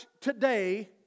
today